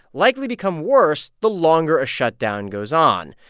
likely become worse the longer a shutdown goes on.